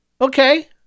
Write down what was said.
Okay